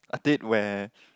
a date where